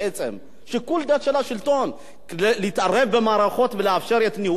שיקול דעת של השלטון להתערב במערכות ולאפשר את ניהולן התקין.